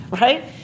Right